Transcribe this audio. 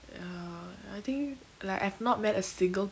ya I think like I've not met a single